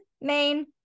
main